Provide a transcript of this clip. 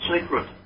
secret